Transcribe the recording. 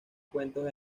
cuentos